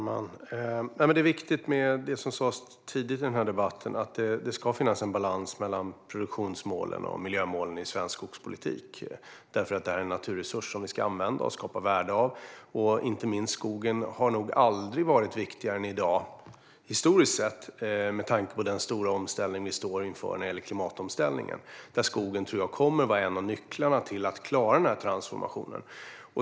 Fru talman! Det är viktigt, det som sas tidigt i denna debatt - det ska finnas balans mellan produktionsmålen och miljömålen i svensk skogspolitik eftersom skogen är en naturresurs som vi ska använda och skapa värde av. Historiskt sett har skogen nog aldrig varit viktigare än i dag, inte minst med tanke på den stora omställning vi står inför när det gäller klimatomställningen. Jag tror att skogen kommer att vara en av nycklarna till att klara den transformationen.